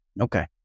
Okay